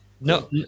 no